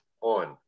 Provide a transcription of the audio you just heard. on